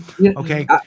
Okay